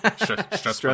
stress